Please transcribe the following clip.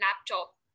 laptop